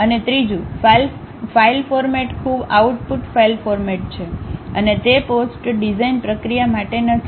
અને ત્રીજું file format ખૂબ આઉટપુટ ફાઇલ ફોર્મેટ છે અને તે પોસ્ટ ડિઝાઇન પ્રક્રિયા માટે નથી